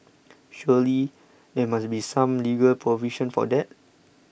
surely there must be some legal provision for that